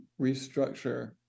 restructure